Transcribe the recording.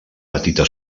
petita